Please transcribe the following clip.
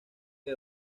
que